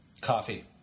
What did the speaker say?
coffee